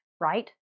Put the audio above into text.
right